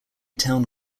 town